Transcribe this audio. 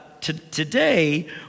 today